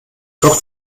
doch